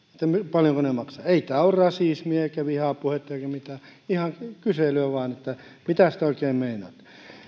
paljonko se maksaa ei tämä ole rasismia eikä vihapuhetta eikä mitään ihan kyselyä vain että mitäs te oikein meinaatte